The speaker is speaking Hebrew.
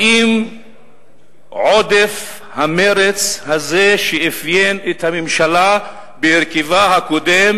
היא: האם עודף המרץ הזה שאפיין את הממשלה בהרכבה הקודם